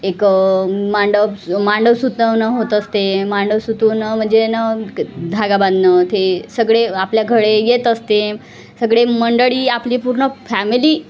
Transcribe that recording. एक मांडव मांडव सुतवणं होत असते मांडव सुतवणं म्हणजे न धागा बांधणं ते सगळे आपल्या कडे येत असते सगळे मंडळी आपली पूर्ण फॅमिली